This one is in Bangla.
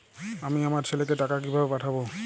আমি আমার ছেলেকে টাকা কিভাবে পাঠাব?